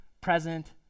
present